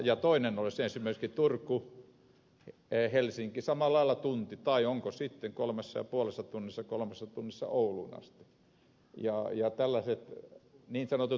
ja toinen olisi myöskin turkuhelsinki samalla lailla tunti tai sitten kolmessa ja puolessa tunnissa kolmessa tunnissa ouluun asti tällaiset niin sanotut välit